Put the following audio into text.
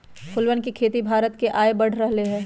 फूलवन के खेती से भारत के आय बढ़ रहले है